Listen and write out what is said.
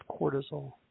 cortisol